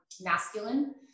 masculine